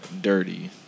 dirty